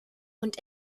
und